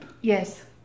Yes